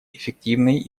эффективной